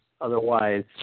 Otherwise